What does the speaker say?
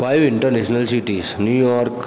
five international cities New York